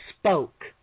spoke